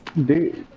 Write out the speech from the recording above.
the